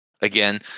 Again